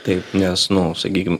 taip nes nu sakykim